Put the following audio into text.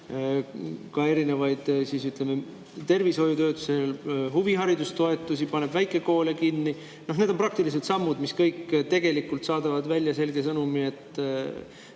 ka erinevaid tervishoiu ja huvihariduse toetusi, paneb väikekoole kinni. Need on kõik praktilised sammud, mis tegelikult saadavad välja selge sõnumi, et